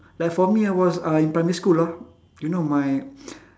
like for me I was uh in primary school ah you know my